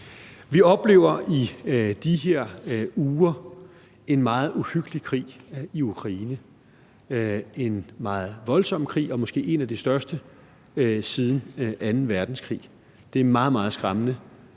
Vi oplever i de her uger en meget uhyggelig krig i Ukraine, en meget voldsom krig og måske en af de største siden anden verdenskrig. Det er meget, meget skræmmende.